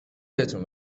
بهتون